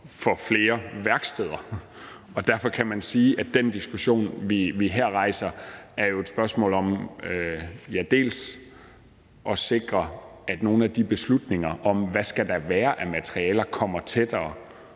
for flere værksteder. Derfor kan man sige, at den diskussion, vi rejser her, er et spørgsmål om at sikre, at nogle af de beslutninger om, hvad der skal være af materialer, kommer tættere